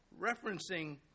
Referencing